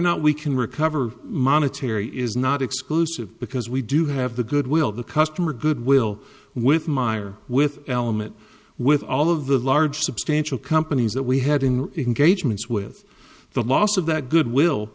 not we can recover monetary is not exclusive because we do have the goodwill of the customer goodwill with myer with element with all of the large substantial companies that we had in engagements with the loss of that goodwill